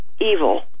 evil